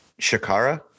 Shakara